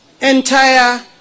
entire